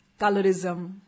Colorism